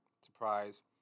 surprise